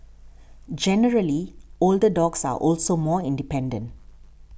generally older dogs are also more independent